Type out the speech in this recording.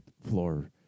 floor